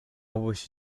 wish